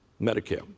Medicare